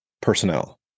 personnel